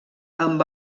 amb